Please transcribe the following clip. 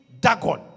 Dagon